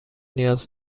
نیاز